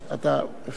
יפה.